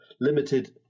limited